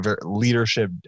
leadership